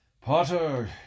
Potter